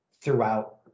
throughout